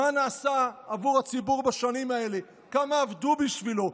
מה נעשה עבור הציבור בשנים האלה, כמה עבדו בשבילו,